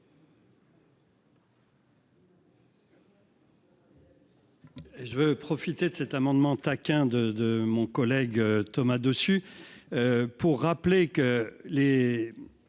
Je veux profiter de cet amendement taquin de de mon collègue Thomas Dossus. Pour rappeler que les.